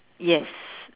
yes